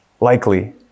likely